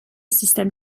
system